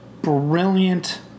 brilliant